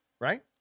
right